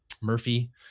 Murphy